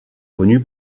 connu